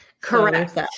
correct